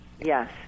yes